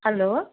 hello